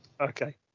Okay